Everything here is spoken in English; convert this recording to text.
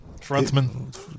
Frontman